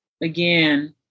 Again